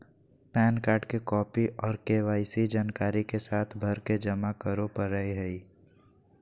pan card के copy आर KYC जानकारी के साथ भरके जमा करो परय हय